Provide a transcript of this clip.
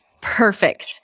perfect